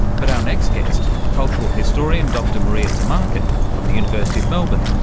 but our next guest, cultural historian dr maria tumarkin from the university of melbourne,